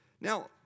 Now